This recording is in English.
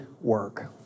work